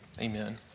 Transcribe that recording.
Amen